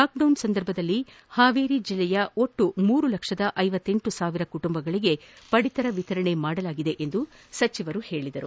lockdown ಸಂದರ್ಭದಲ್ಲಿ ಪಾವೇರಿ ಜಿಲ್ಲೆಯ ಒಟ್ಟು ಮೂರು ಲಕ್ಷದ ಐವತ್ತೆಂಟು ಸಾವಿರ ಕುಟುಂಬಗಳಿಗೆ ಪಡಿತರ ವಿತರಣೆ ಮಾಡಲಾಗಿದೆ ಎಂದು ಸಚಿವರು ತಿಳಿಸಿದರು